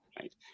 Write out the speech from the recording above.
right